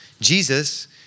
Jesus